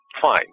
fine